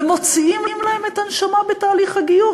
ומוציאים להם את הנשמה בתהליך הגיור.